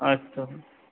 अस्तु